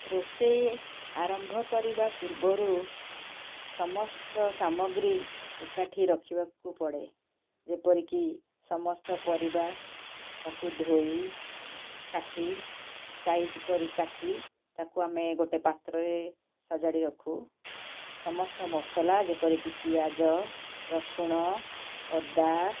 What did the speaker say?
ରୋଷେଇ ଆରମ୍ଭ କରିବା ପୂର୍ବରୁ ସମସ୍ତ ସାମଗ୍ରୀ ଏକାଠି ରଖିବାକୁ ପଡ଼େ ଯେପରିକି ସମସ୍ତ ପାରିବା ତାକୁ ଧୋଇ କାଟି ସାଇଜ୍ କରି କାଟି ତାକୁ ଆମେ ଗୋଟେ ପାତ୍ରରେ ସଜାଡ଼ି ରଖୁ ସମସ୍ତ ମସଲା ଯେପରିକି ପିଆଜ ରସୁଣ ଅଦା